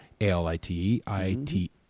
A-L-I-T-E-I-T